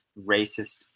racist